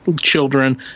children